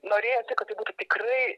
norėjosi kad tai būtų tikrai